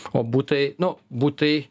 o butai nu butai